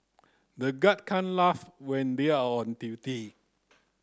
the guard can't laugh when they are on duty